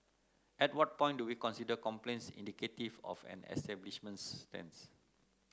at what point do we consider complaints indicative of an establishment's stance